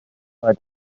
bei